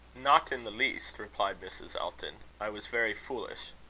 not in the least, replied mrs. elton. i was very foolish.